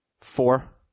Four